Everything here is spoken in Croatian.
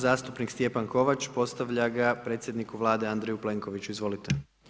Zastupnik Stjepan Kovač postavlja ga predsjedniku Vlade Andreju Plenkoviću, izvolite.